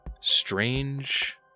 strange